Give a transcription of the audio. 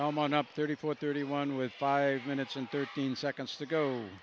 karen's on up thirty four thirty one with five minutes and thirteen seconds to go